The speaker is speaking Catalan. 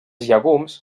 llegums